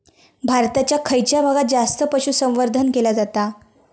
भारताच्या खयच्या भागात जास्त पशुसंवर्धन केला जाता?